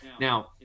now